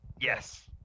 Yes